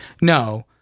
No